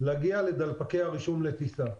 להגיע לדלפקי הרישום לטיסה,